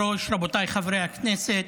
מכובדי היושב-ראש, רבותיי חברי הכנסת,